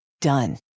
Done